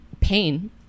pain